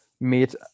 meet